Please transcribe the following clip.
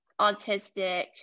autistic